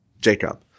Jacob